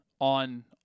on